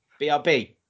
BRB